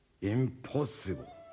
Impossible